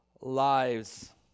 lives